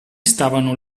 stavano